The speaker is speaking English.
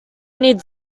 need